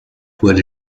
wurde